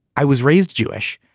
i was raised jewish.